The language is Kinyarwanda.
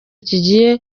kigiye